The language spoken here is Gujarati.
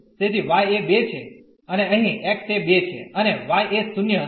તેથી y એ 2 છે અને અહીંx એ 2 છે અને y એ 0 હશે